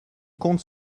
comte